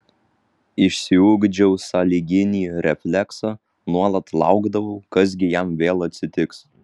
išsiugdžiau sąlyginį refleksą nuolat laukdavau kas gi jam vėl atsitiks